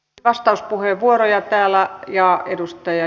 ja vielä vastauspuheenvuoroja täällä